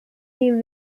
new